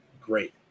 great